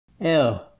Ew